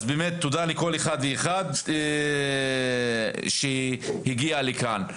אז באמת תודה לכל אחד ואחד שהגיע לכאן.